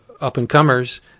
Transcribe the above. up-and-comers